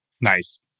Nice